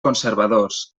conservadors